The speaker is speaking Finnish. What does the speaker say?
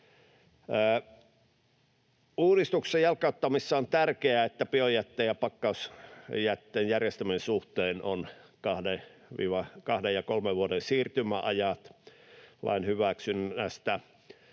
Uudistuksen jalkauttamisessa on tärkeää, että biojätteen ja pakkausjätteen järjestämisen suhteen on kahden ja kolmen vuoden siirtymäajat lain hyväksynnästä.